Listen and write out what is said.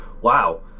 Wow